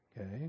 Okay